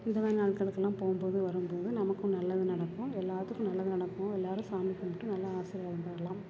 இந்த மாதிரி நாட்களுக்கெல்லாம் போகும் போது வரும் போது நமக்கும் நல்லது நடக்கும் எல்லாத்துக்கும் நல்லது நடக்கும் எல்லாேரும் சாமி கும்பிட்டு நல்லா ஆசீர்வாதம் பெறலாம்